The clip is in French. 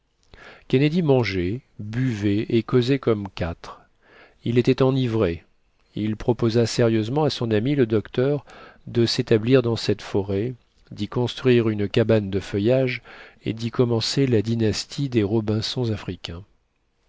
kennedy mangeait buvait et causait comme quatre il était enivré il proposa sérieusement à son ami le docteur de s'établir dans cette forêt d'y construire une cabane de feuillage et d'y commencer la dynastie des robinsons africains